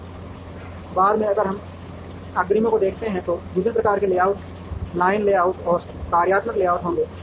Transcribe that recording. बहुत बाद में अगर हम अग्रिमों को देखते हैं तो विभिन्न प्रकार के लेआउट लाइन लेआउट और कार्यात्मक लेआउट होंगे